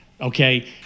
okay